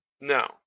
No